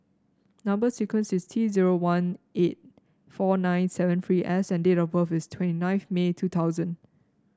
number sequence is T zero one eight four nine seven three S and date of birth is twenty ninth May two thousand